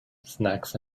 snacks